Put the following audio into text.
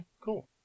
cool